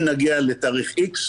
אם נגיע לתאריך X,